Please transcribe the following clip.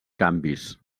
canvis